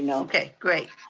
and okay, great.